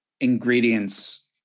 ingredients